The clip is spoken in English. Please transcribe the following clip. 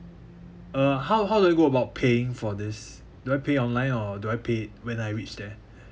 uh how how do I go about paying for this do I pay online or do I pay when I reach there